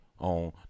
on